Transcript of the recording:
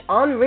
on